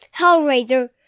Hellraiser